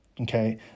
Okay